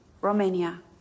Romania